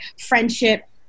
friendship